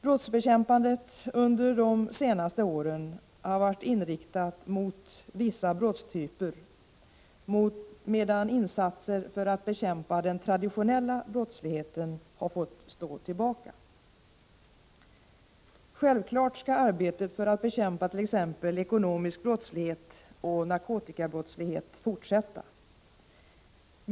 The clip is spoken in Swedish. Brottsbekämpandet under de senaste åren har varit riktat mot vissa brottstyper, medan insatser för att bekämpa den traditionella brottsligheten har fått stå tillbaka. Självklart skall arbetet för att bekämpa t.ex. ekonomisk brottslighet och narkotikabrottslighet fortsätta.